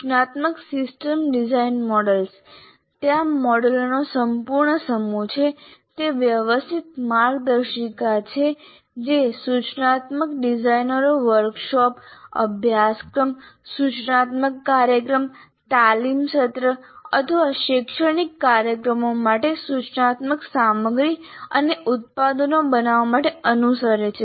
સૂચનાત્મક system design models ત્યાં મોડેલોનો સંપૂર્ણ સમૂહ છે તે વ્યવસ્થિત માર્ગદર્શિકા છે જે સૂચનાત્મક ડિઝાઇનરો વર્કશોપ અભ્યાસક્રમ સૂચનાત્મક કાર્યક્રમ તાલીમ સત્ર અથવા શૈક્ષણિક કાર્યક્રમો માટે સૂચનાત્મક સામગ્રી અને ઉત્પાદનો બનાવવા માટે અનુસરે છે